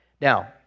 Now